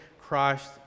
Christ